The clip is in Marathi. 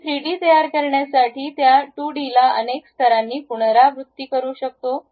आम्ही थ्रीडी तयार करण्यासाठी त्या 2 डीला अनेक स्तरांनी पुनरावृत्ती करू शकतो